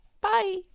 bye